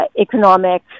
economic